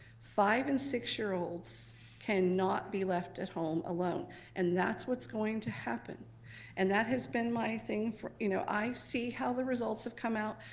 five and six-year-olds cannot be left at home alone and that's what's going to happen and that has been my thing. you know i see how the results have come out.